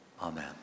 Amen